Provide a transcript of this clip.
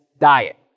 diet